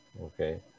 okay